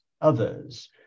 others